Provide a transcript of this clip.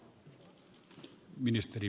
herra puhemies